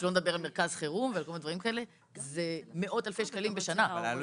שלא נדבר על מרכז חירום וכל מיני דברים כאלה,